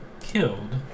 killed